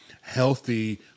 healthy